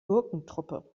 gurkentruppe